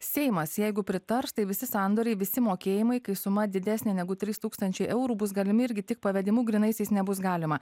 seimas jeigu pritars tai visi sandoriai visi mokėjimai kai suma didesnė negu trys tūkstančiai eurų bus galimi irgi tik pavedimų grynaisiais nebus galima